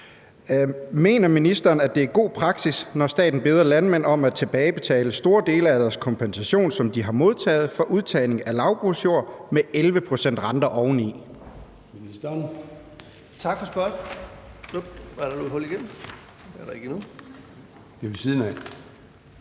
Mener ministeren, at det er god praksis, når staten beder landmænd om at tilbagebetale store dele af deres kompensation, som de har modtaget for udtagning af lavbundsjord, med 11 pct. renter oveni?